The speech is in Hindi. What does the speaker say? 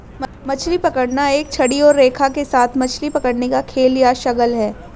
मछली पकड़ना एक छड़ी और रेखा के साथ मछली पकड़ने का खेल या शगल है